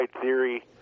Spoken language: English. theory